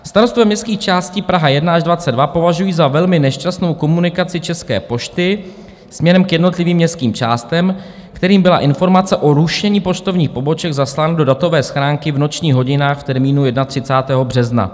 Starostové městských částí Praha 1 až 22 považují za velmi nešťastnou komunikaci České pošty směrem k jednotlivým městským částem, kterým byla informace o rušení poštovních poboček zaslána do datové schránky v nočních hodinách v termínu 31. března.